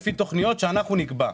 לפי תוכניות שהיא תקבע.